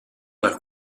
dal